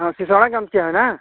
हाँ सीसौड़ा गाँव से हैं ना